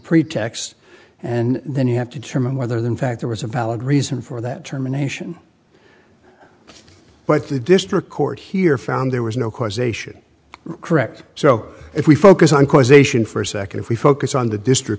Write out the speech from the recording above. pretext and then you have to determine whether the in fact there was a valid reason for that terminations but the district court here found there was no causation correct so if we focus on causation for a second if we focus on the district